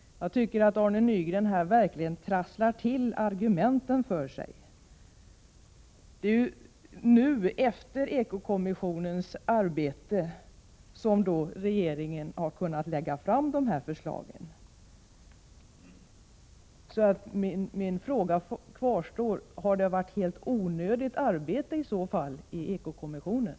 Jag tycker att Arne Nygren verkligen trasslar till argumenten för sig. Det är nu, efter eko kommissionens arbete, som regeringen har kunnat lägga fram förslagen. Min fråga kvarstår: Har det varit ett helt onödigt arbete i eko-kommissionen?